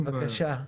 בבקשה.